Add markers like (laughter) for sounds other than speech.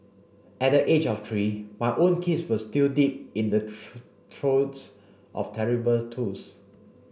at the age of three my own kids were still deep in the (unintelligible) throes of terrible twos